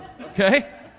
okay